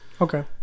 okay